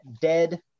dead